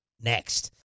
Next